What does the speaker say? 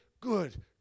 good